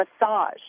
massage